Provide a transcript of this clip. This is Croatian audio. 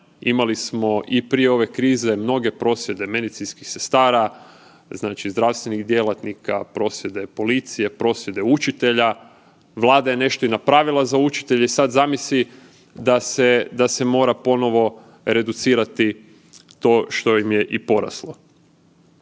imali smo i prije ove krize mnoge prosvjede medicinskih sestara, znači zdravstvenih djelatnika, prosvjede policije, prosvjede učitelja, Vlada je nešto i napravila za učitelje i sad zamisli da se mora ponovo reducirati to što im je i poraslo.